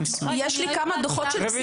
אנחנו --- יש לי כמה דוחות של פסיכיאטרים.